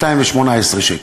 218 שקל.